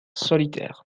solitaire